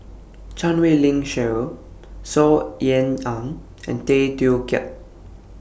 Chan Wei Ling Cheryl Saw Ean Ang and Tay Teow Kiat